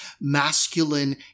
masculine